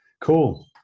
cool